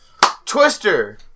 Twister